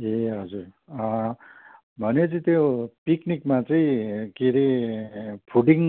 ए हजुर भनेपछि त्यो पिकनिकमा चाहिँ के रे फुडिङ